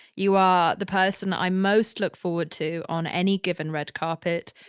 you are the person i most look forward to on any given red carpet.